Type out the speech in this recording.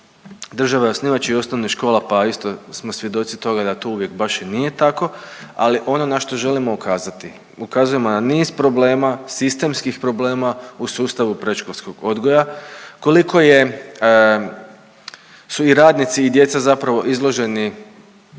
Država je osnivač i osnovnih škola pa isto smo svjedoci toga da tu uvijek baš i nije tako. Ali ono na što želimo ukazati, ukazujemo na niz problema, sistemskih problema u sustavu predškolskog odgoja. Koliko je, su i radnici i djeca zapravo izloženi,